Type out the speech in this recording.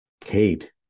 kate